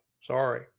Sorry